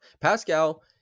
Pascal